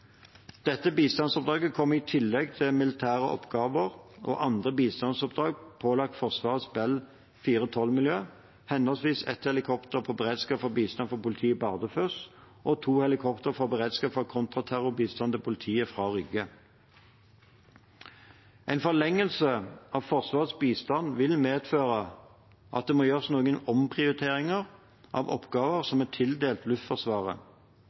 Dette bistandsoppdraget kommer i tillegg til militære oppgaver og andre bistandsoppdrag pålagt Forsvarets Bell 412-miljø, henholdsvis ett helikopter på beredskap for bistand til politiet fra Bardufoss og to helikoptre på beredskap for kontraterror-bistand til politiet fra Rygge. En forlengelse av Forsvarets bistand vil medføre at det må gjøres noen omprioriteringer av oppgaver som er tildelt Luftforsvaret.